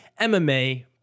MMA